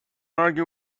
argue